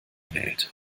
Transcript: wählt